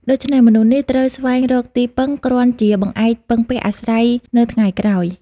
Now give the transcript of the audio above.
ដូច្នេះមនុស្សនេះត្រូវស្វែងរកទីពឹង គ្រាន់ជាបង្អែកពឹងពាក់អាស្រ័យនៅថ្ងៃក្រោយ ។